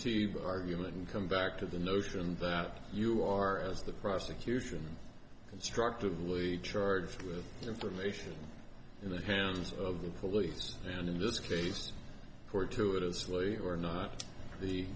v argument and come back to the notion that you are as the prosecution constructively charged with information in the hands of the police and in this case court to it as slowly or not the